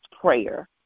prayer